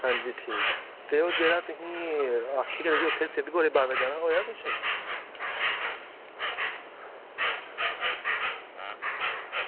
आं ओह् जेह्ड़ा तुसें ई ओह् उत्थें सिद्ध गोरिया बाबा दे जाना हा होया किश